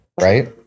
Right